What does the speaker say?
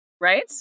right